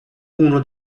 uno